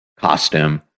costume